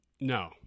No